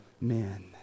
men